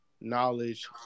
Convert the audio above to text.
knowledge